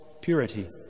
purity